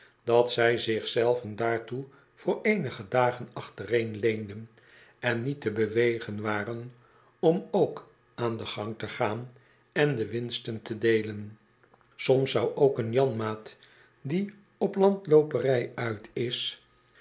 dat zij zich zelven daartoe voor eenige dagen achtereen leenden en niet te bewegen waren om ook aan den gang te gaan en de winsten te deelen soms zou ook janmaat die op landlooperij uit is